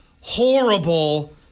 horrible